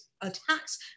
attacks